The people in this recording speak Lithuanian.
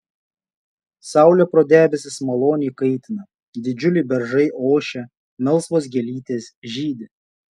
saulė pro debesis maloniai kaitina didžiuliai beržai ošia melsvos gėlytės žydi